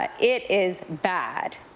ah it is bad.